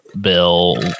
Bill